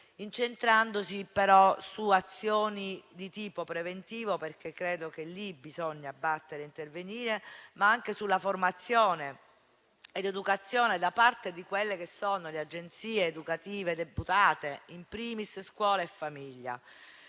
incentrandosi però su azioni di tipo preventivo, perché credo che lì bisogna battere e intervenire, ma anche sulla formazione ed educazione da parte di quelle che sono le agenzie educative deputate, *in primis* scuola e famiglia.